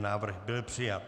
Návrh byl přijat.